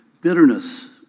Bitterness